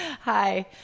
hi